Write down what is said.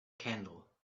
candle